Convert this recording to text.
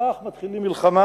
כך מתחילים מלחמה.